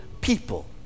people